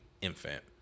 infant